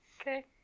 okay